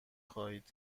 خواهید